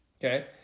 Okay